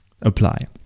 apply